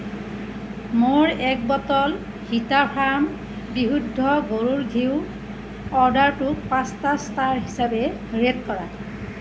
মোৰ এক বটল হিটা ফাৰ্ম বিশুদ্ধ গৰুৰ ঘিঁউ অৰ্ডাৰটোক পাঁচটা ষ্টাৰ হিচাপে ৰে'ট কৰা